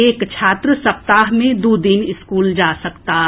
एक छात्र सप्ताह मे दू दिन स्कूल जा सकताह